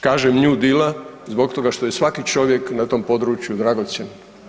Kažem new deala zbog toga što je svaki čovjek na tom području dragocjen.